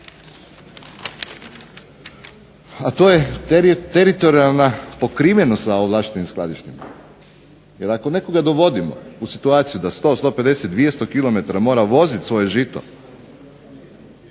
a to je teritorijalna pokrivenost sa ovlaštenim skladištima. Jer ako nekoga dovodimo u situaciju da 100, 150, 200 km mora voziti svoje žito,